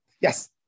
Yes